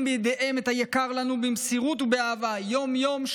בידיהן את היקר לנו במסירות ובאהבה יום-יום,